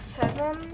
seven